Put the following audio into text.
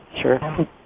Sure